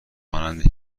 مانند